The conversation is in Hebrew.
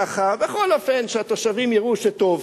כדי שבכל אופן התושבים יראו שטוב.